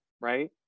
right